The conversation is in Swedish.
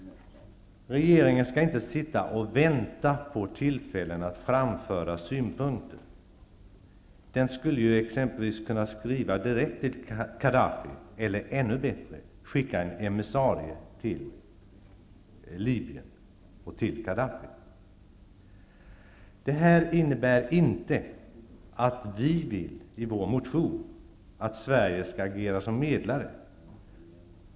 Regeringen skall inte sitta och vänta på tillfällen att framföra synpunkter. Den skulle exempelvis kunna skriva direkt till Khadafi eller, ännu bättre, kunna skicka en emissarie till Libyen och Khadafi. Detta innebär inte att vi i vår motion vill att Sverige skall agera som medlare.